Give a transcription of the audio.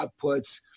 outputs